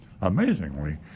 Amazingly